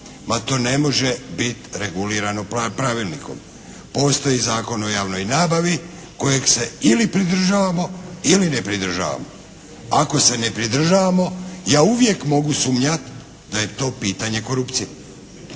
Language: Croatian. Ma to ne može biti regulirano pravilnikom. Postoji Zakon o javnoj nabavi kojeg se ili pridržavamo ili ne pridržavamo. Ako se ne pridržavamo ja uvijek mogu sumnjati da je to pitanje korupcije,